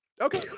okay